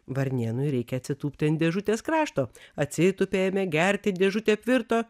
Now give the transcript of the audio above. varnėnui reikia atsitūpti ant dėžutės krašto atsitūpė ėmė gerti dėžutė apvirto